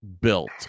built